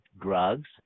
drugs